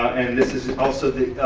and this also the,